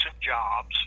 jobs